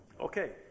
Okay